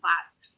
class